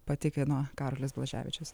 patikino karolis blaževičius